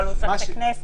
אבל הוא צריך את הכנסת.